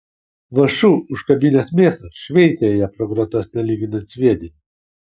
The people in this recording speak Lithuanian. vąšu užkabinęs mėsą šveitė ją pro grotas nelyginant sviedinį